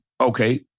okay